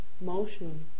motion